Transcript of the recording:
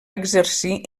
exercir